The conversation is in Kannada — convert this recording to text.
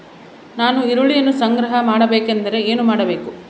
ನಾನು ಈರುಳ್ಳಿಯನ್ನು ಸಂಗ್ರಹ ಮಾಡಬೇಕೆಂದರೆ ಏನು ಮಾಡಬೇಕು?